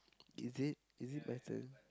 is it is it my turn